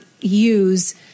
use